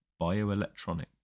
bioelectronic